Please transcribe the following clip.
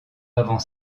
avant